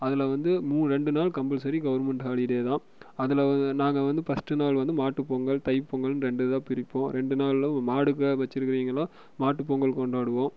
அதில் வந்து மூ ரெண்டு நாள் கம்பல்சரி கவர்ன்மெண்ட் ஹாலிடே தான் அதில் நாங்கள் வந்து ஃபர்ஸ்ட்டு நாள் வந்து மாட்டுப்பொங்கல் தைப்பொங்கல் ரெண்டு இதாக பிரிப்போம் ரெண்டு நாளில் மாடுக்காக வச்சிருக்கவிங்கள்லாம் மாட்டு பொங்கல் கொண்டாடுவோம்